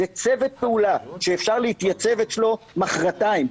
זה צוות פעולה שאפשר להתייצב אצלו מחרתיים,